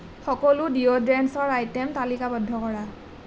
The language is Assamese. সকলো ডিঅ'ড্ৰেণ্টৰ আইটেম তালিকাবদ্ধ কৰা